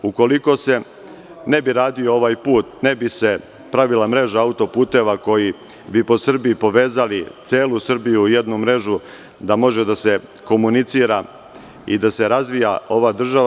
Ukoliko se ne bi radio ovaj put ne bi se pravila mreža autoputeva koji bi po Srbiji povezali celu Srbiju u jednu mrežu, da može da se komunicira i da se razvija ova država.